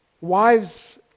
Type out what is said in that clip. Wives